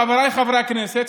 חבריי חברי הכנסת,